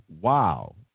wow